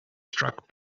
struck